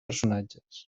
personatges